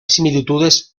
similitudes